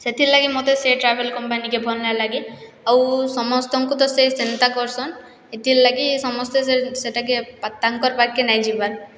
ସେଥିର୍ଲାଗି ମୋତେ ସେ ଟ୍ରାଭେଲ୍ କମ୍ପାନୀକେ ଭଲ୍ ନାଇଁ ଲାଗେ ଆଉ ସମସ୍ତଙ୍କୁ ତ ସେ ସେନ୍ତା କର୍ସନ୍ ଇଥିର୍ ଲାଗି ସମସ୍ତେ ସେଟାକେ ତାଙ୍କର୍ ପାଖ୍କେ ନାଇଁ ଯିବାର୍